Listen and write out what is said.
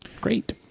great